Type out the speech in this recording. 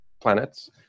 planets